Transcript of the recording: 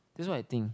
that's what I think